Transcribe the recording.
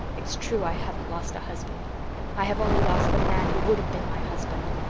it's true i haven't lost a husband i have only lost the man who would have been my husband.